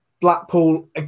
Blackpool